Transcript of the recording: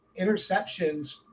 interceptions